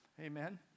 Amen